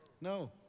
No